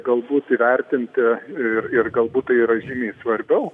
galbūt įvertinti ir ir galbūt tai yra žymiai svarbiau